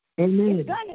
Amen